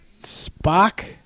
Spock